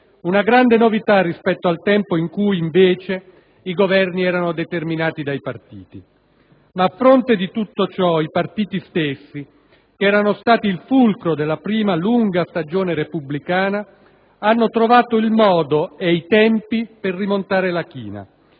una grande novità rispetto al tempo in cui, invece, i Governi erano determinati dai partiti. Ma a fronte di tutto ciò i partiti stessi, che erano stati il fulcro della prima lunga stagione repubblicana, hanno trovato il modo e i tempi per rimontare la china,